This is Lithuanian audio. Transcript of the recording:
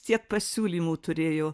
tiek pasiūlymų turėjo